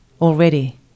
already